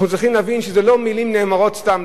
אנחנו צריכים להבין שאלה לא מלים שלא נאמרות סתם,